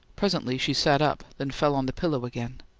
presently she sat up, then fell on the pillow again.